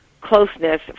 closeness